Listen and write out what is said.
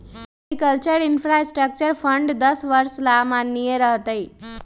agriculture infrastructure fund दस वर्ष ला माननीय रह तय